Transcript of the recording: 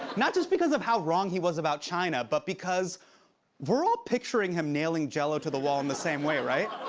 not just because of how wrong he was about china. but because we're all picturing him nailing jell-o to the wall in the same way, right?